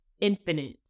infinite